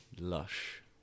lush